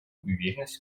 уверенность